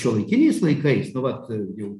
šiuolaikiniais laikais nu vat jau